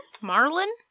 Marlin